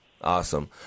awesome